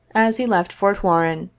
as he left fort warren,